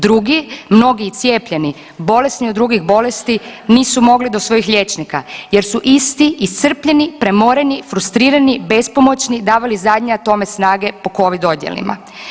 Drugi, mnogi i cijepljeni bolesnih od drugih bolesti nisu mogli do svojih liječnika jer su isti iscrpljeni, premoreni, frustrirani, bespomoćni davali zadnje atome snage po Covid odjelima.